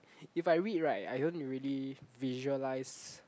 if I read right I don't really visualise